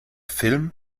film